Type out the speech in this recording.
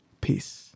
Peace